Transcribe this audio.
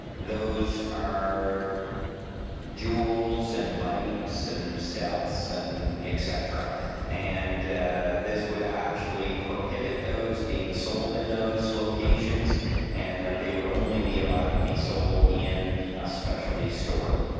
those are jewels and vapes and stealth and et cetera and this would actually prohibit those being sold in those locations and that they would only be allowed to be sold in a specialty store.